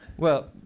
well,